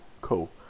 cool